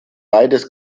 beides